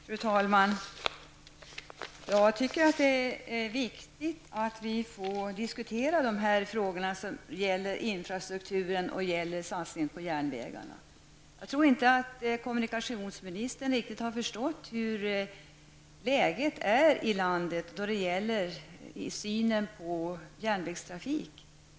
Fru talman! Jag tycker att det är viktigt att vi får diskutera dessa frågor som gäller infrastrukturen och satsningarna på järnvägarna. Jag tror inte att kommunikationsministern riktigt har förstått hur läget i landet är beträffande synen på järnvägstrafik.